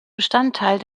bestandteil